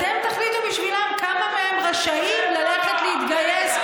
אתם תחליטו בשבילם כמה מהם רשאים ללכת להתגייס,